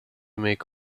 make